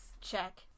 Check